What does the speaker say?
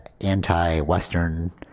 anti-Western